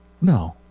No